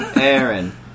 Aaron